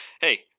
hey